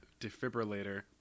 defibrillator